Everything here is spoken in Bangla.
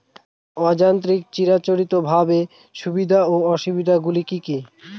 অযান্ত্রিক চিরাচরিতভাবে সুবিধা ও অসুবিধা গুলি কি কি?